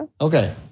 Okay